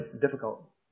difficult